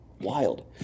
Wild